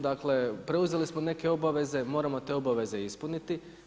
Dakle, preuzeli smo neke obaveze, moramo te obaveze i ispuniti.